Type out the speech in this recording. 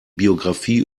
biografie